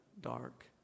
dark